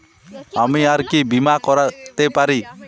আমি আর কি বীমা করাতে পারি?